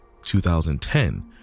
2010